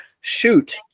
shoot